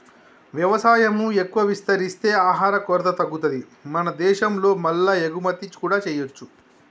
వ్యవసాయం ను ఎక్కువ విస్తరిస్తే ఆహార కొరత తగ్గుతది మన దేశం లో మల్ల ఎగుమతి కూడా చేయొచ్చు